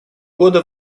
года